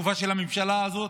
בתקופה של הממשלה הזאת.